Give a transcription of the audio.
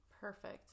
Perfect